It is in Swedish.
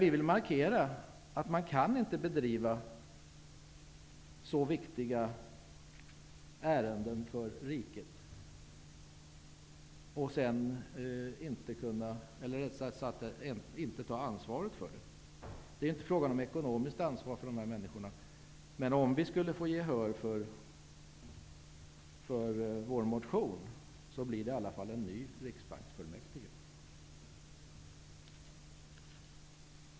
Vi vill markera att man inte kan driva för riket så viktiga frågor och sedan inte ta ansvaret för det. Det är inte fråga om ekonomiskt ansvar för dessa människor, men om vi skulle få gehör för vår motion skulle det i alla fall bli en ny riksbanksfullmäktige.